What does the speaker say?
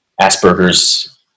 Asperger's